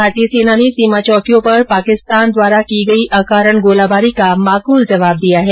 भारतीय सेना ने सीमा चौकियों पर पाकिस्तान द्वारा की गई अकारण गोलाबारी का माकूल जवाब दिया है